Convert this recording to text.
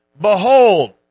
behold